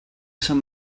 sant